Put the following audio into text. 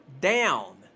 down